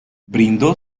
brindó